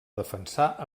defensar